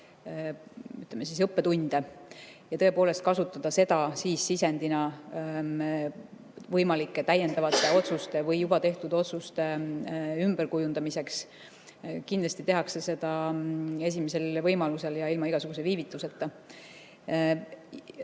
ütleme, õppetunde ja tõepoolest kasutada seda sisendina võimalike täiendavate otsuste või juba tehtud otsuste ümberkujundamiseks. Kindlasti tehakse seda esimesel võimalusel ja ilma igasuguse viivituseta. Ma